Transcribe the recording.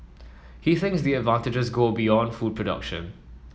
he thinks the advantages go beyond food production